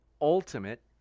ultimate